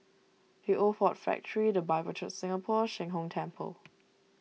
the Old Ford Factor the Bible Church Singapore Sheng Hong Temple